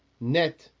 net